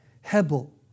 hebel